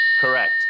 Correct